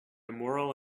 moral